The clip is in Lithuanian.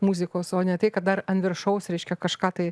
muzikos o ne tai kad dar an viršaus reiškia kažką tai